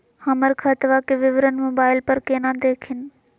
हमर खतवा के विवरण मोबाईल पर केना देखिन?